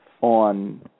on